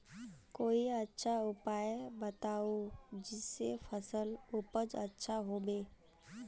कोई अच्छा उपाय बताऊं जिससे फसल उपज अच्छा होबे